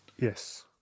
Yes